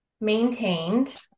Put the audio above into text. maintained